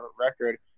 record